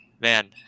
man